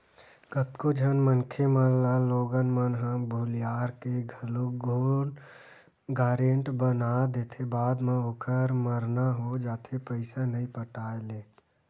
कतको झन मनखे मन ल लोगन मन ह भुलियार के घलोक लोन गारेंटर बना देथे बाद म ओखर मरना हो जाथे पइसा नइ पटाय ले